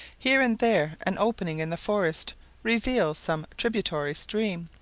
here and there an opening in the forest reveals some tributary stream,